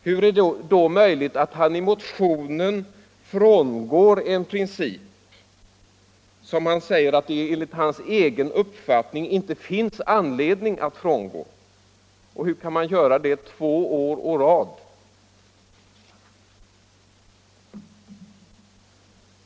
Hur är det då möjligt att han i motionen frångår en princip som han säger att det enligt hans egen uppfattning inte finns anledning att frångå? Och hur kan han göra det två år å rad?